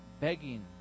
begging